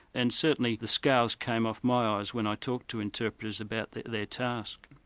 and certainly the scales came off my eyes when i talked to interpreters about their task.